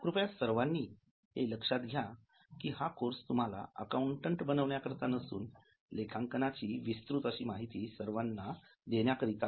कृपया सर्वांनी हे लक्षात घ्या की हा कोर्स तुम्हाला अकाउंटंट बनवण्याकरता नसून लेखांकनाची विस्तृत माहिती सर्वांना देण्याकरिता आहे